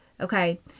Okay